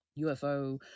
UFO